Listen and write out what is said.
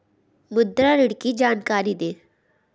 मुद्रा ऋण की जानकारी दें?